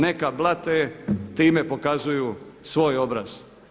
Neka blate, time pokazuju svoj obraz.